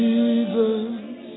Jesus